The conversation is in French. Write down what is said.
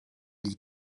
l’y